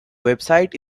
website